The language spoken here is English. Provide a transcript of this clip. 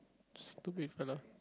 stupid fella